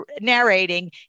narrating